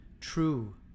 true